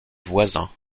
voisins